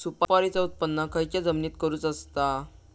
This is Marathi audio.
सुपारीचा उत्त्पन खयच्या जमिनीत करूचा असता?